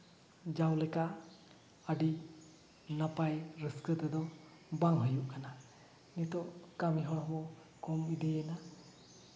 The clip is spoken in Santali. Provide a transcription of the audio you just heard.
ᱡᱟᱣ ᱞᱮᱠᱟ ᱟᱹᱰᱤ ᱱᱟᱯᱟᱭ ᱨᱟᱹᱥᱠᱟᱹ ᱛᱮᱫᱚ ᱵᱟᱝ ᱦᱩᱭᱩᱜ ᱠᱟᱱᱟ ᱱᱤᱛᱚᱜ ᱠᱟᱹᱢᱤ ᱦᱚᱲ ᱦᱚᱸ ᱠᱚᱢ ᱤᱫᱤᱭᱮᱱᱟ